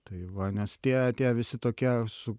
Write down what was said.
tai va nes tie tie visi tokie su